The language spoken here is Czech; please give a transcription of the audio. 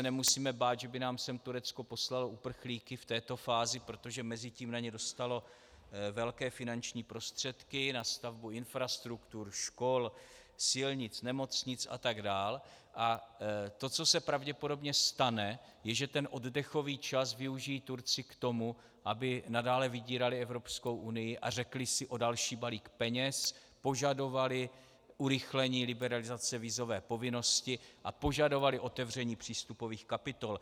Nemusíme se bát, že by nám sem Turecko poslalo uprchlíky v této fázi, protože mezitím na ně dostalo velké finanční prostředky, na stavbu infrastruktur, škol, nemocnic, silnic atd., a to, co se pravděpodobně stane, je, že ten oddechový čas využijí Turci k tomu, aby nadále vydírali Evropskou unii a řekli si o další balík peněz, požadovali urychlení liberalizace vízové povinnosti a požadovali otevření přístupových kapitol.